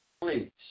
Please